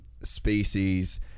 species